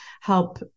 help